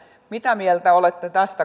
mitä mieltä olette tästä